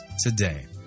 today